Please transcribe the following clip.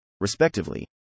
Respectively